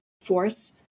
force